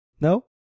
No